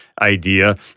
idea